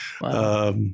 wow